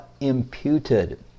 imputed